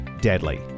deadly